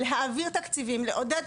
להעביר תקציבים ולעודד.